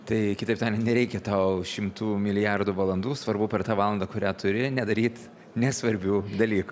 tai kitaip tariant nereikia tau šimtų milijardų valandų svarbu per tą valandą kurią turi nedaryt nesvarbių dalykų